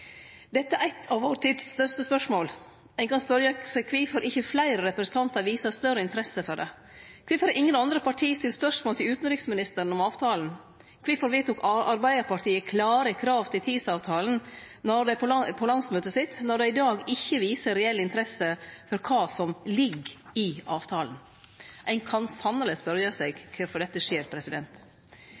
Dette er eit av vår tids største spørsmål. Ein kan spørje seg kvifor ikkje fleire representantar viser større interesse for det. Kvifor har ingen andre parti stilt spørsmål til utanriksministeren om avtalen? Kvifor vedtok Arbeidarpartiet «klare krav» til TISA-avtalen på landsmøtet sitt, når dei i dag ikkje viser reell interesse for kva som ligg i avtalen? Ein kan sanneleg spørje seg kvifor dette skjer.